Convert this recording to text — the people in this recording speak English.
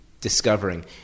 discovering